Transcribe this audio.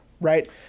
right